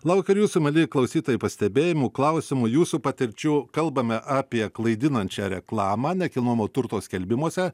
laukiu ir jūsų mieli klausytojai pastebėjimų klausimų jūsų patirčių kalbame apie klaidinančią reklamą nekilnojamojo turto skelbimuose